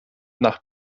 nach